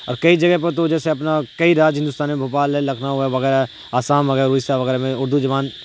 اور کئی جگہ پر تو جیسے اپنا کئی راج ہندوستان میں بھوپال ہے لکھنؤ ہے وغیرہ آسام وغیرہ اڑیسہ وغیرہ میں اردو زبان